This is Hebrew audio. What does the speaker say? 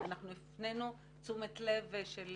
אנחנו הפנינו תשומת לבם של